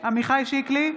עמיחי שיקלי,